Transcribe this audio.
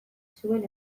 zuen